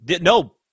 No